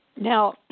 Now